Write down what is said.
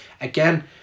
Again